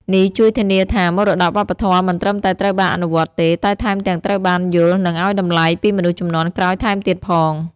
នេះជួយធានាថា មរតកវប្បធម៌មិនត្រឹមតែត្រូវបានអនុវត្តទេ តែថែមទាំងត្រូវបាន យល់ និងឲ្យតម្លៃ ពីមនុស្សជំនាន់ក្រោយថែមទៀតផង។